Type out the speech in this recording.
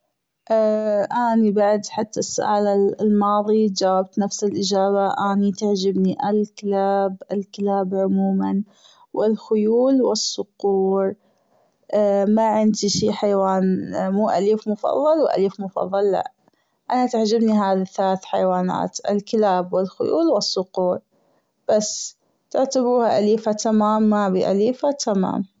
أني بعد أتحدث على الماضي جاوبت نفس الأجابة أني تعجبني الكلاب الكلاب عموما والخيول والصقور ماعندي شي حيوان مو أليف مفظل وأليف مفظل لا أنا تعجبني هذي الثلاث حيوانات الكلاب والخيول والصقور بس تعتبروها أليفة تمام مابي أليفة تمام.